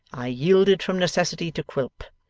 i yielded from necessity to quilp,